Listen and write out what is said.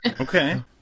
Okay